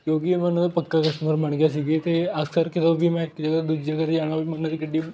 ਕਿਉਂਕਿ ਮੈਂ ਉਹਨਾਂ ਦਾ ਪੱਕਾ ਕਸਟਮਰ ਬਣ ਗਿਆ ਸੀਗੇ ਅਤੇ ਇਸ ਕਰਕੇ ਜਦੋਂ ਵੀ ਮੈਂ ਇੱਕ ਜਗ੍ਹਾ ਤੋਂ ਦੂਜੀ ਜਗ੍ਹਾ 'ਤੇ ਜਾਣਾ ਹੋਵੇ ਮੈਂ ਉਹਨਾਂ ਦੀ ਗੱਡੀ